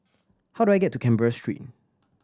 how do I get to Canberra Street